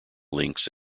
links